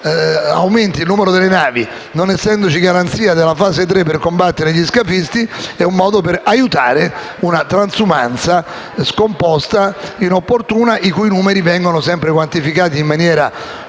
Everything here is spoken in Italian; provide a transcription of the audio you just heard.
il numero delle navi, non essendoci garanzia della terza fase per combattere gli scafisti, è un modo per aiutare una transumanza scomposta e inopportuna, i cui numeri vengono quantificati come